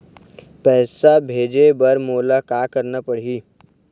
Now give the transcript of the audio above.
पैसा भेजे बर मोला का करना पड़ही?